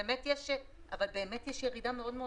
בשנה-שנה וחצי האחרונות באמת יש ירידה מאוד מאוד